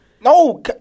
No